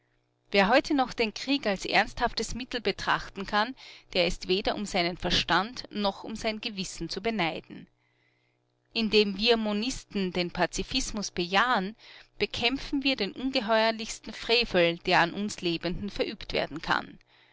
wer heute noch den krieg als ernsthaftes mittel betrachten kann der ist weder um seinen verstand noch um sein gewissen zu beneiden indem wir monisten den pazifismus bejahen bekämpfen wir den ungeheuerlichsten frevel der an uns lebenden verübt werden kann